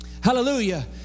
Hallelujah